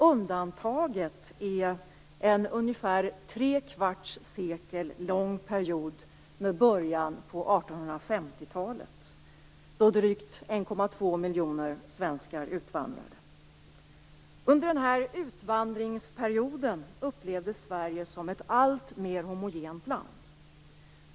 Undantaget är en ungefär tre kvarts sekel lång period som inleddes på 1850-talet då drygt Under denna utvandringsperiod upplevdes Sverige som ett alltmer homogent land.